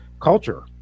culture